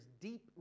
deep